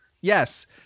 Yes